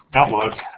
outlook.